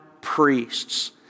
priests